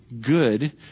good